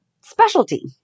specialty